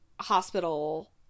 hospital